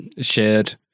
shared